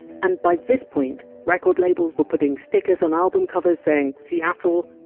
and by this point, record labels were putting stickers on album covers saying! seattle!